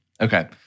Okay